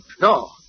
No